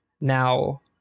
now